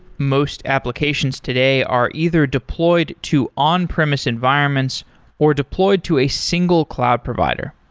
most applications today are either deployed to on-premise environments or deployed to a single cloud provider.